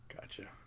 Gotcha